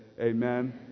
amen